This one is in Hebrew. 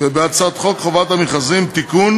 ובהצעת חוק חובת המכרזים (תיקון